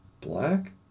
black